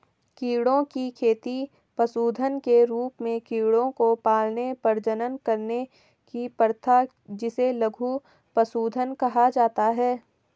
कीड़ों की खेती पशुधन के रूप में कीड़ों को पालने, प्रजनन करने की प्रथा जिसे लघु पशुधन कहा जाता है